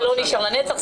זה לא נשאר לנצח.